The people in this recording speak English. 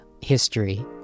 history